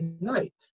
night